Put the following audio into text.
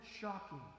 shocking